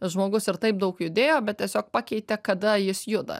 žmogus ir taip daug judėjo bet tiesiog pakeitė kada jis juda